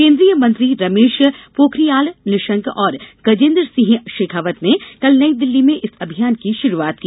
केन्द्रीय मंत्री रमेश पोखरियाल निशंक और गजेंद्र सिंह शेखावत ने कल नईदिल्ली में इस अभियान की शुरुआत की